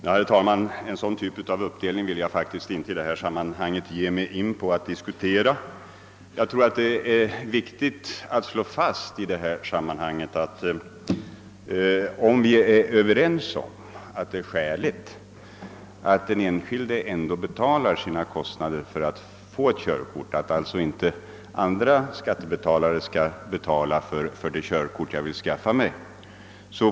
Herr talman! En sådan uppdelning av avgiften kan jag faktiskt inte uttala mig om i detta sammanhang. Vi är förmodligen överens om att det är skäligt att den enskilde själv betalar kostnaderna för sitt körkort och att andra skattebetalare således inte skall svara för dem.